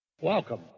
Welcome